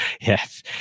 Yes